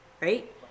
right